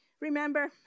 remember